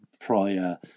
prior